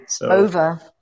Over